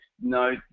No